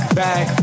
back